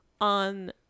on